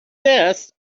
this